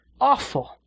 Awful